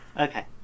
Okay